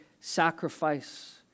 sacrifice